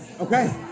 okay